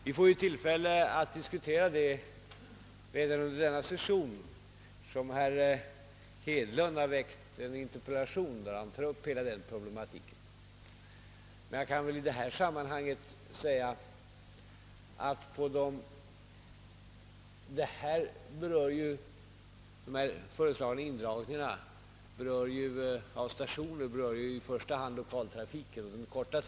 Vi får ju tillfälle att diskutera det redan under denna session, eftersom herr Hedlund har väckt en interpellation, i vilken han tar upp hela denna problematik, men jag kan väl i detta sammanhang säga att de föreslagna indragningarnä av stationer ju i första hand berör lokaltrafik och närtrafik.